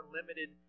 limited